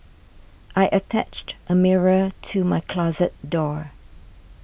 I attached a mirror to my closet door